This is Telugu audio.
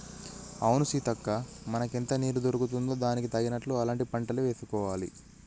అవును సీతక్క మనకెంత నీరు దొరుకుతుందో దానికి తగినట్లు అలాంటి పంటలే వేసుకోవాలి